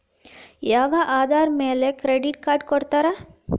ಯಾವ ಆಧಾರದ ಮ್ಯಾಲೆ ಕ್ರೆಡಿಟ್ ಕಾರ್ಡ್ ಕೊಡ್ತಾರ?